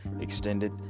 extended